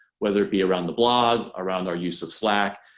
whether it be around the blog, around our use of slack.